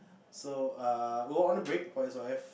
so err we were on a break for S_Y_F